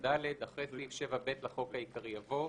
ו-7ד 10. אחרי סעיף 7ב לחוק העיקרי יבוא: